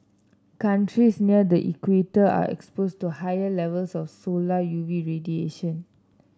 countries near the equator are exposed to higher levels of solar U V radiation